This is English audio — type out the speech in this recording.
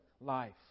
life